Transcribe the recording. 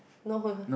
no